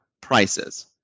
prices